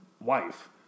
wife